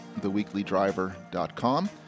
theweeklydriver.com